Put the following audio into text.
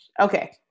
okay